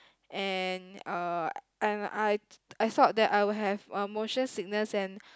and uh I I I thought that I would have uh motion sickness and